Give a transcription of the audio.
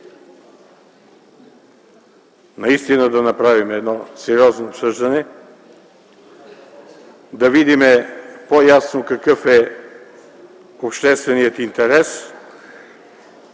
наистина да направим едно сериозно обсъждане, да видим по-ясно какъв е общественият интерес,